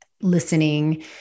listening